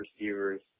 receivers